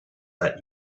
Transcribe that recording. that